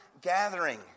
gathering